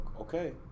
okay